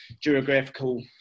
geographical